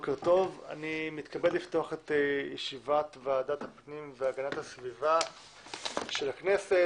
אני מתכבד לפתוח את ישיבת ועדת הפנים והגנת הסביבה של הכנסת.